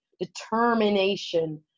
determination